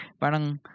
Parang